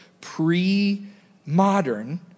pre-modern